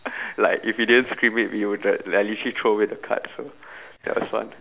like if you didn't scream it it will like like literally throw away the cards so ya it was fun